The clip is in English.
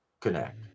connect